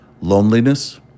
loneliness